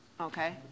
Okay